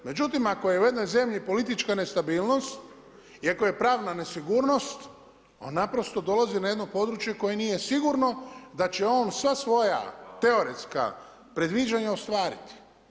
Međutim, ako je u jednoj zemlji politička nestabilnost i ako je pravna nesigurnost, on naprosto dolazi na jedno područje koje nije sigurno da će on sva svoja teoretska predviđanja ostvariti.